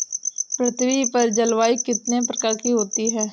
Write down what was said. पृथ्वी पर जलवायु कितने प्रकार की होती है?